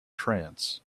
trance